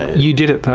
you did it